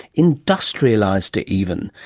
industrialised it even.